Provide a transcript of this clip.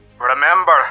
Remember